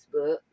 Facebook